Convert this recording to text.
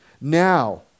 Now